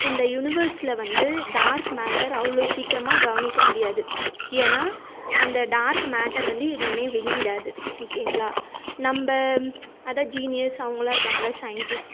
இந்த யுனிவர்ஸில் வந்து டார்க் மேட்டர் அவ்வளோ சீக்கிரமாக கவனிக்க முடியாது ஏன்னா அந்த டார்க் மேட்டர் வந்து எதையுமே வெளியிடாது ஓகேங்களா நம்ம அதான் ஜீனியஸ் அவங்களாம் இருக்காங்கள்ள சயின்டிஸ்ட்